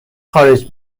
خارج